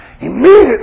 immediately